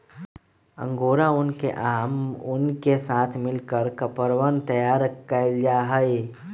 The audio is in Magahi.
अंगोरा ऊन के आम ऊन के साथ मिलकर कपड़वन तैयार कइल जाहई